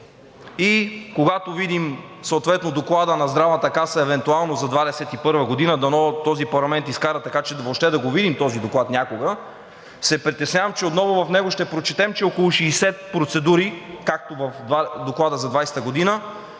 и когато видим съответно Доклада на Здравната каса евентуално за 2021 г. – дано този парламент изкара, така че въобще да го видим този доклад някога, се притеснявам, че отново в него ще прочетем, че около 60 процедури, както в Доклада за 2020 г.